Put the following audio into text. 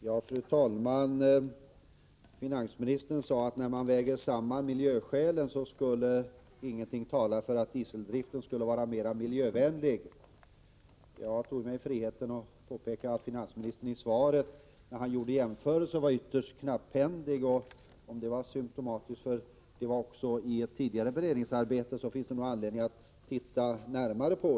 Fru talman! Finansministern sade, att när man väger samman miljöskälen talar inte någonting för att dieseldriften är miljövänligare. Jag tog mig friheten att påpeka att finansministern var ytterst knapphändig när han i svaret gjorde jämförelser. Detta är kanske symtomatiskt — för det var också fallet i ett tidigare beredningsarbete — men det finns nog anledning att studera frågan närmare.